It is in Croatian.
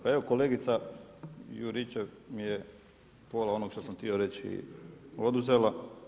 Pa evo kolegica Juričev mi je pola onog što sam htio reći oduzela.